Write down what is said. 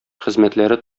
хезмәтләре